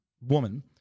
woman